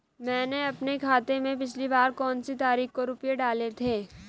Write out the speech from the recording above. मैंने अपने खाते में पिछली बार कौनसी तारीख को रुपये डाले थे?